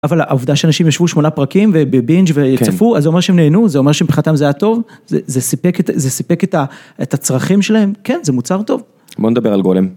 אבל העובדה שאנשים ישבו שמונה פרקים ובבינג' וצפו אז זה אומר שהם נהנו? זה אומר שמבחינתם זה היה טוב, זה סיפק את הצרכים שלהם? כן, זה מוצר טוב. בוא נדבר על גולם.